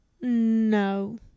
No